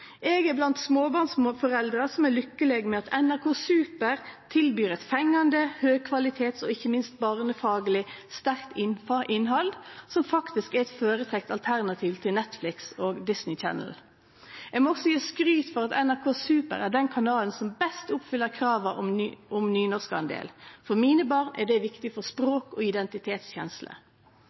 Eg er blant dei småbarnsforeldra som er lykkeleg for at NRK Super tilbyr eit fengjande høgkvalitetsinnhald, og ikkje minst eit barnefagleg sterkt innhald, som faktisk er eit føretrekt alternativ til Netflix og Disney Channel. Eg må også gje skryt for at NRK Super er den kanalen som best oppfyller krava om nynorskdel. For mine barn er det viktig for språk- og identitetskjensle.